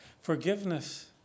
Forgiveness